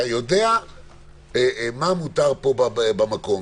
אתה יודע מה מותר פה במקום,